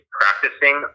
practicing